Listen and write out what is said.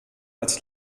als